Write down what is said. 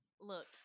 Look